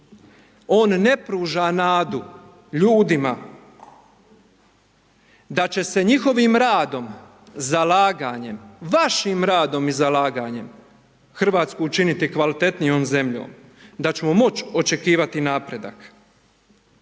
On ne pruža nadu ljudima da će se njihovim radom, zalaganjem, vašim radom i zalaganjem, RH učiniti kvalitetnijom zemljom, da ćemo moći očekivati napredak.